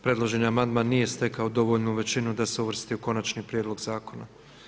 Predloženi amandman nije stekao dovoljnu većinu da se uvrsti u konačni prijedlog zakona.